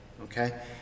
okay